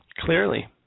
Clearly